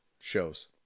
Shows